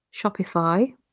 Shopify